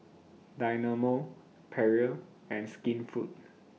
Dynamo Perrier and Skinfood